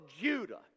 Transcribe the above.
Judah